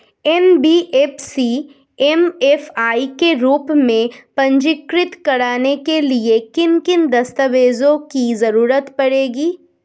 NBFC MFI के रूप में पंजीकृत कराने के लिए किन किन दस्तावेजों की जरूरत पड़ेगी?